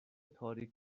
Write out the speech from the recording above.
تاریک